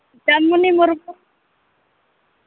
Chandmoni Murmu